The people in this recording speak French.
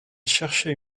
cherchait